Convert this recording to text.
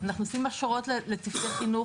אנחנו עושים הכשרות לצוותי חינוך.